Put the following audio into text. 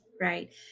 Right